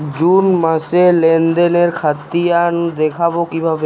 June মাসের লেনদেনের খতিয়ান দেখবো কিভাবে?